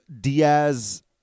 Diaz